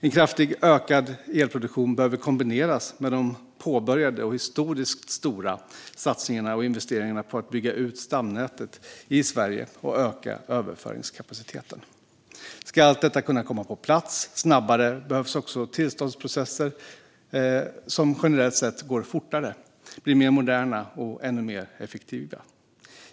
En kraftigt ökad elproduktion behöver kombineras med de påbörjade och historiskt stora satsningarna och investeringarna på att bygga ut stamnätet i Sverige och öka överföringskapaciteten. För att allt detta ska kunna komma på plats snabbare behövs också tillståndsprocesser som generellt sett går fortare och blir mer moderna och ännu mer effektiva.